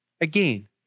Again